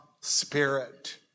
Spirit